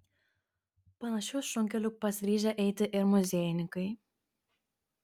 panašiu šunkeliu pasiryžę eiti ir muziejininkai